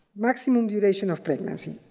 maximum duration of pregnancy.